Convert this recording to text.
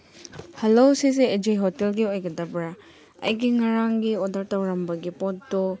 hello ꯁꯤꯁꯦ A J ꯍꯣꯇꯦꯜꯒꯤ ꯑꯣꯏꯒꯗꯕꯔꯥ ꯑꯩꯒꯤ ꯉꯔꯥꯡꯒꯤ ꯑꯣꯗꯔ ꯇꯧꯔꯝꯕꯒꯤ ꯄꯣꯠꯇꯣ